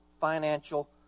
financial